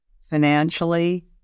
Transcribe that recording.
financially